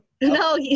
no